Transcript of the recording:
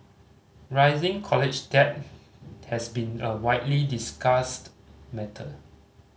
rising college debt has been a widely discussed matter